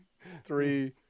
three